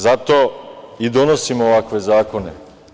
Zato i donosimo ovakve zakone.